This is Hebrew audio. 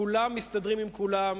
כולם מסתדרים עם כולם,